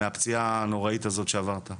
מהפציעה הנוראית הזאת שעברת?